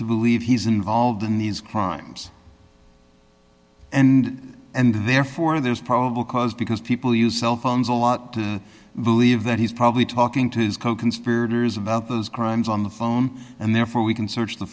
to believe he's involved in these crimes and and therefore there's probable cause because people use cell phones a lot believe that he's probably talking to his coconspirators about those crimes on the phone and therefore we can search the